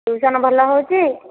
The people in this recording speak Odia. ଟ୍ୟୁସନ୍ ଭଲ ହେଉଛି